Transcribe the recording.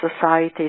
societies